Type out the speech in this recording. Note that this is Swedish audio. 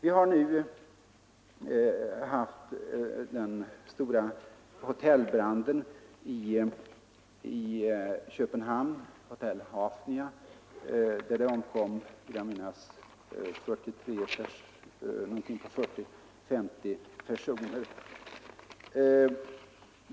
Vi erinrar oss från förra året den stora hotellbranden i Köpenhamn på hotell Hafnia, där omkring 40—50 personer omkom.